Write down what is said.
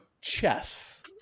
chess